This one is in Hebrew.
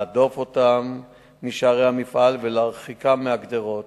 להדוף אותם משערי המפעל ולהרחיקם מהגדרות.